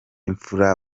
imfura